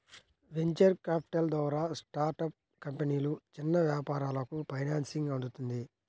venture capital ద్వారా startup కంపెనీలు, చిన్న వ్యాపారాలకు ఫైనాన్సింగ్ అందుతుంది